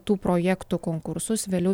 tų projektų konkursus vėliau